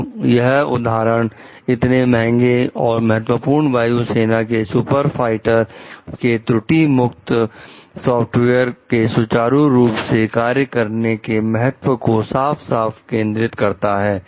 तो यह उदाहरण इतने महंगे और महत्वपूर्ण वायु सेना के सुपर फाइटर के त्रुटि मुक्त सॉफ्टवेयर के सुचारू रूप से कार्य करने के महत्व को साफ साफ केंद्रित करता है